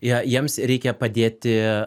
jie jiems reikia padėti